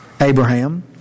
Abraham